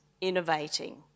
innovating